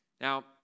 Now